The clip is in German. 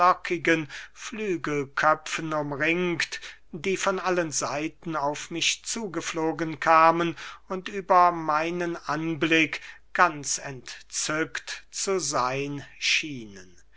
flügelköpfen umringt die von allen seiten auf mich zugeflogen kamen und über meinen anblick ganz entzückt zu seyn schienen